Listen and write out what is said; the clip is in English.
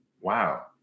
wow